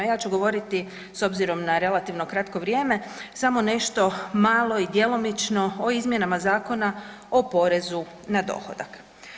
Ja ću govoriti s obzirom na relativno kratko vrijeme samo nešto malo i djelomično o izmjenama Zakona o porezu na dohodak.